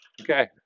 Okay